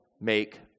make